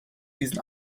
diesen